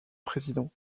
président